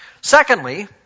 Secondly